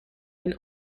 and